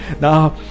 Now